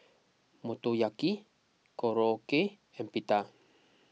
Motoyaki Korokke and Pita